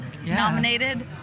nominated